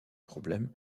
problème